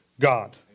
God